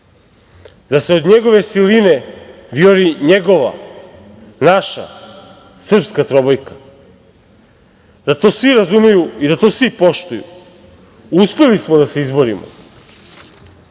da se od njegove siline vijori njegova, naša, srpska trobojka, da to svi razumeju i da to svi poštuju. Uspeli smo da se izborimo.